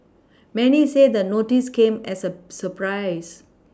many say the notice came as a surprise